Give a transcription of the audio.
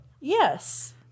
Yes